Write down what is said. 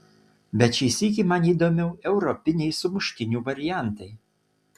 bet šį sykį man įdomiau europiniai sumuštinių variantai